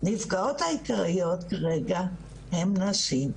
והנפגעות העיקריות כרגע הן נשים.